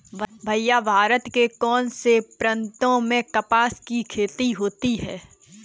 भैया भारत के कौन से प्रांतों में कपास की खेती होती है?